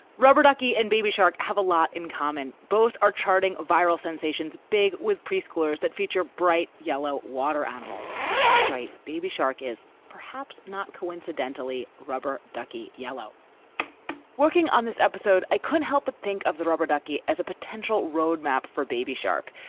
rubber ducky and baby shark have a lot in common. both are charting viral sensations big with preschoolers that feature bright yellow water animals that's right. baby shark is, perhaps not coincidentally, rubber ducky yellow working on this episode, i couldn't help but think of the rubber ducky as a potential roadmap for baby shark,